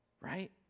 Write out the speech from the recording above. right